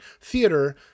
theater